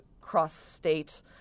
cross-state